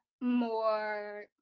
more